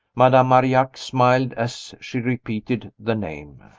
madame marillac smiled as she repeated the name.